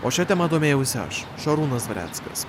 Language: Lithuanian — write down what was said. o šia tema domėjausi aš šarūnas dvareckas